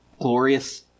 glorious